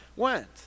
went